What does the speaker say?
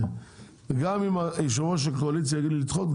גם אם יושב ראש הקואליציה יגיד לי לדחות,